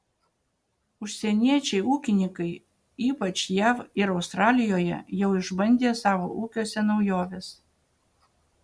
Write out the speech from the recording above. užsieniečiai ūkininkai ypač jav ir australijoje jau išbandė savo ūkiuose naujoves